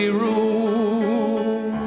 room